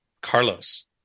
Carlos